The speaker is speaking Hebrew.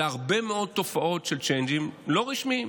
אלא עם הרבה מאוד תופעות של צ'יינג'ים לא רשמיים.